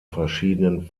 verschiedenen